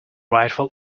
rightful